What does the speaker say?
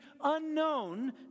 unknown